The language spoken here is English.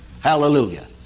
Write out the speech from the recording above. Hallelujah